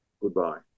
goodbye